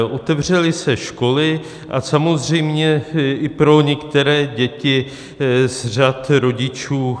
Otevřely se školy a samozřejmě i pro některé děti z řad rodičů IZS.